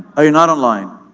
ah you're not online.